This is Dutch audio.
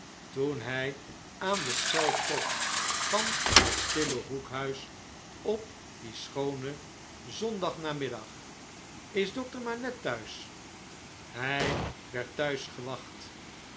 toen hy aan de schel trok van het stille hoekhuis op dien schoonen zondagnamiddag is dokter manette thuis honderdetst menschen hjj werd thuis gewacht